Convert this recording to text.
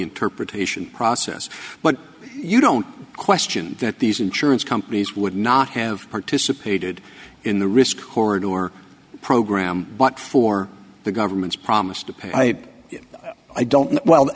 interpretation process but you don't question that these insurance companies would not have participated in the risk corridor program but for the government's promise to pay it i don't know well